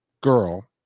girl